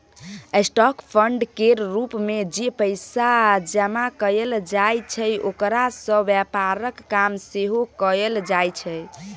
stock fund केर रूप मे जे पैसा जमा कएल जाइ छै ओकरा सँ व्यापारक काम सेहो कएल जाइ छै